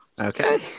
Okay